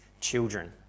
children